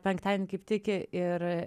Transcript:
penktadienį kaip tik ir